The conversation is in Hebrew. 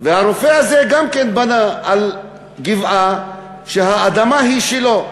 והרופא הזה גם כן בנה, על גבעה, והאדמה היא שלו,